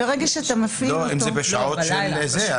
אם זה בשעות הלילה.